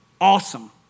awesome